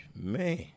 Man